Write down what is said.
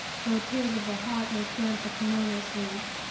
though tears of the heart make damp the kimono sleeve.